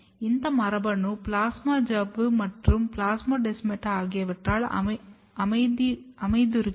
இந்த புரதம் பிளாஸ்மா சவ்வு மற்றும் பிளாஸ்மோடெஸ்மாடா ஆகியவற்றில் அமைந்துறுகிறது